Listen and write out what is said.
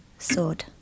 sword